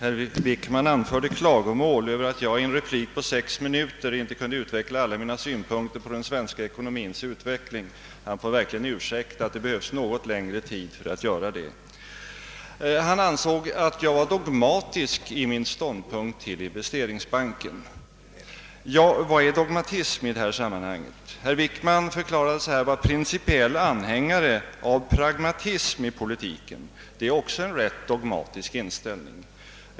Herr talman! Herr Wickman anförde klagomål över att jag i en replik på sex minuter inte kunde framlägga alla mina synpunkter på den svenska ekonomins utveckling. Han får ursäkta att det behövs något längre tid för att göra det. Jag var dogmatisk i min ståndpunkt till investeringsbanken, ansåg herr Wickman. Ja, vad är dogmatism i detta sammanhang? Herr Wickman förklarade sig vara principiell anhängare till pragmatism i politiken. Det är också en ganska dogmatisk inställning.